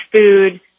food